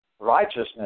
Righteousness